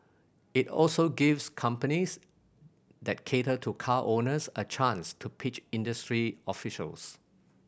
it also gives companies that cater to car owners a chance to pitch industry officials